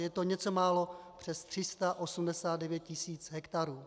Je to něco málo přes 389 tisíc hektarů.